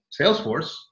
Salesforce